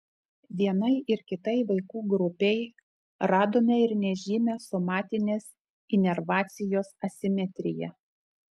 vienai ir kitai vaikų grupei radome ir nežymią somatinės inervacijos asimetriją